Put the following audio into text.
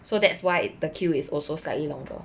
so that's why the queue is also slightly longer